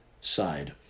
side